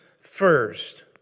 first